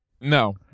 No